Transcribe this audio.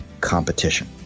competition